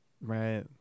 Right